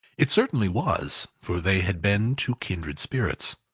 it certainly was for they had been two kindred spirits.